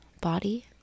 body